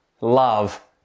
love